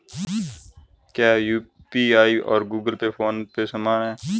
क्या यू.पी.आई और Google Pay PhonePe समान हैं?